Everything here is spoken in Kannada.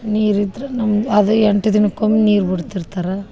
ನೀರು ಇದ್ರೆ ನಮ್ಗೆ ಅದು ಎಂಟು ದಿನಕ್ಕೊಮ್ಮೆ ನೀರು ಬಿಡ್ತಿರ್ತಾರೆ